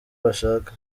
bashaka